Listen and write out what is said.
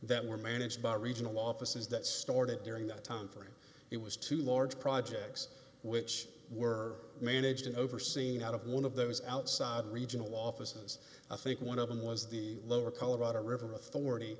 that were managed by regional offices that started during that time for it was too large projects which were managed overseen out of one of those outside regional offices i think one of them was the lower colorado river authority